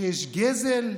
שיש גזל?